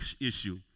issue